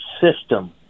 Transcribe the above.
system